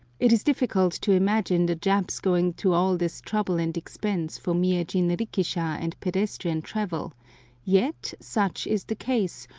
it is difficult to imagine the japs going to all this trouble and expense for mere jinrikisha and pedestrian travel yet such is the case,